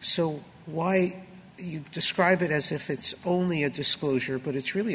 so why don't you describe it as if it's only a disclosure but it's really a